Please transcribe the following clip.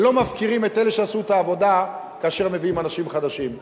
ולא מפקירים את אלה שעשו את העבודה כאשר מביאים אנשים חדשים.